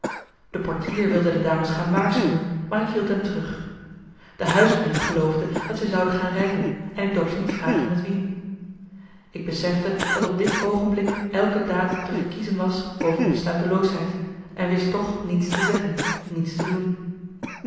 de portier wilde de dames gaan waarschuwen maar ik hield hem terug de huisknecht geloofde dat zij zouden gaan rijden en ik dorst niet vragen met wien ik besefte dat op dit oogenblik elke daad te verkiezen was boven besluiteloosheid en wist toch niets te zeggen niets te doen